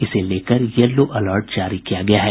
इसे लेकर yellow alert जारी किया गया है